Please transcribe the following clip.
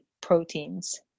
proteins